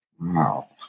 Wow